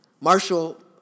Marshall